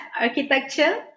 architecture